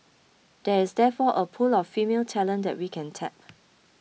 there is therefore a pool of female talent that we can tap